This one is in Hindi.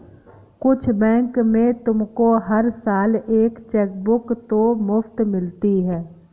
कुछ बैंक में तुमको हर साल एक चेकबुक तो मुफ़्त मिलती है